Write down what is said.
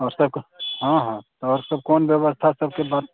आओर सब कोन हँ हँ आओर सभ कोन बेबस्था सबके बात